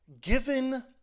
given